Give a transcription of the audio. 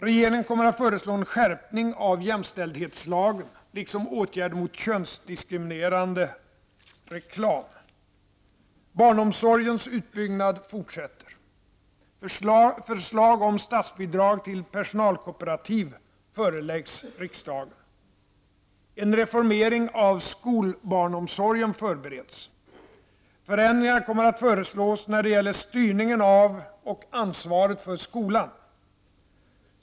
Regeringen kommer att föreslå en skärpning av jämställdhetslagen liksom åtgärder mot könsdiskriminerande reklam. En reformering av skolbarnsomsorgen förbereds. Förändringar kommer att föreslås när det gäller styrningen av och ansvaret för skolan.